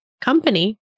company